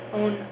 own